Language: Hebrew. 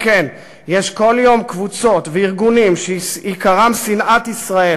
באופן גלוי בהרבה תחומים, בתחום הכלכלה והמסחר,